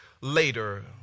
later